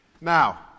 Now